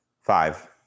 five